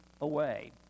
away